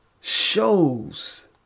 shows